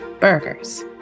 burgers